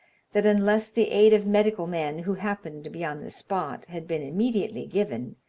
that unless the aid of medical men, who happened to be on the spot, had been immediately given,